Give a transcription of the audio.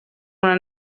una